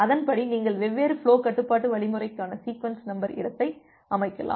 அதன்படி நீங்கள் வெவ்வேறு ஃபுலோ கட்டுப்பாட்டு வழிமுறைக்கான சீக்வென்ஸ் நம்பர் இடத்தை அமைக்கலாம்